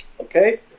Okay